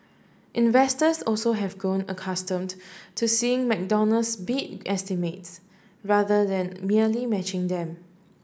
investors also have grown accustomed to seeing McDonald's beat estimates rather than merely matching them